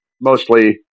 mostly